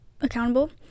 accountable